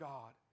God